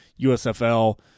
USFL